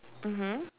mmhmm